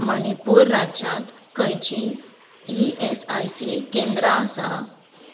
मणिपुर राज्यांत खंयचीं ईएसआयसी केंद्रां आसात